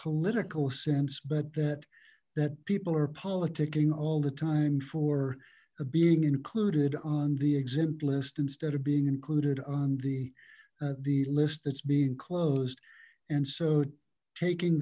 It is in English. political sense but that that people are politicking all the time for being included on the exempt list instead of being included on the the list that's being closed and so taking